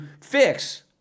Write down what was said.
fix